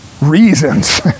reasons